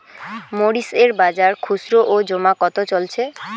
মরিচ এর বাজার খুচরো ও জমা কত চলছে?